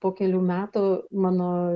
po kelių metų mano